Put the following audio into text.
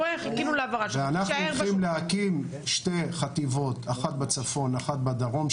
אנחנו הולכים להקים שתי חטיבות - אחת בצפון ואחת בדרום,